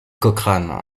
cochrane